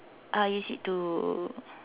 I'll use it to